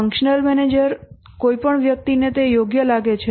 functional manager કોઈ પણ વ્યક્તિને તે યોગ્ય લાગે છે